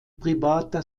privater